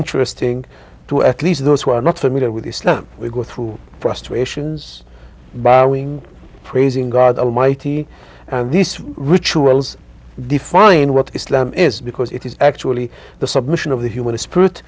interesting to at least those who are not familiar with islam we go through prostrations borrowing praising god almighty and these rituals define what islam is because it is actually the submission of the human spirit